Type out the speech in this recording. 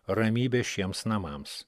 ramybė šiems namams